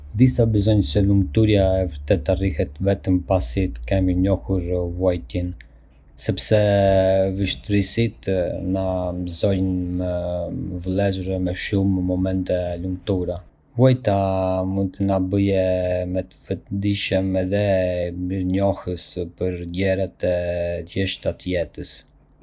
Disa besojnë se lumturia e vërtetë arrihet vetëm pasi të kemi njohur vuajtjen, sepse vështirësitë na mësojnë me vlerësue më shumë momentet e lumtura. Vuajtja mund të na bëjë më të vetëdijshëm edhe mirënjohës për gjërat e thjeshta të jetës.